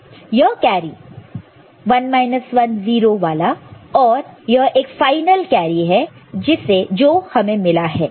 यह कैरी 1 1 0 वाला और यह फाइनल कैरी है जो हमें मिला है